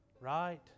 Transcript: right